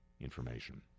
information